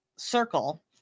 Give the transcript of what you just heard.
circle